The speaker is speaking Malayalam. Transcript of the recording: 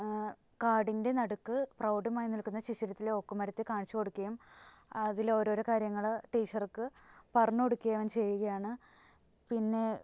കാടിൻ്റെ നടുക്ക് പ്രൗഢമായി നിൽക്കുന്ന ശിശിരത്തിലെ ഓക്കുമരത്തെ കാണിച്ചുകൊടുക്കുകയും അതിലെ ഓരോരോ കാര്യങ്ങള് ടീച്ചർക്ക് പറഞ്ഞുകൊടുക്കുകയും അവൻ ചെയ്യുകയാണ് പിന്നെ